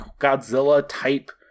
Godzilla-type